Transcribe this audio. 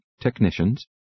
Technicians